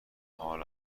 حال